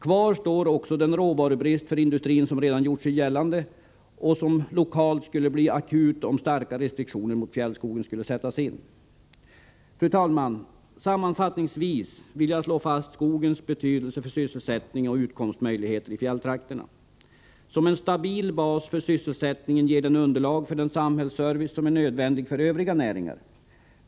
Kvar står också den råvarubrist för industrin som redan har gjort sig gällande och som lokalt skulle bli akut om starka restriktioner mot fjällskogen skulle sättas in. Fru talman! Sammanfattningsvis vill jag slå fast skogens betydelse för sysselsättning och utkomstmöjligheter i fjälltrakterna. Som en stabil bas för sysselsättningen ger den underlag för den samhällsservice som är nödvändig för övriga näringar.